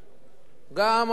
גם הפולנים עולים,